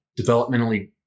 developmentally